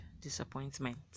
disappointment